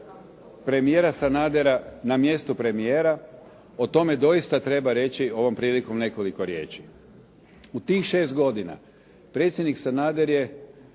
premijera Sanadera na mjestu premijera o tome doista treba reći ovom prilikom nekoliko riječi. U tih šest godina predsjednik Sanader je